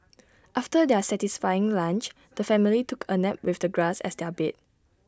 after their satisfying lunch the family took A nap with the grass as their bed